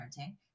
parenting